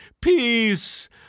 Peace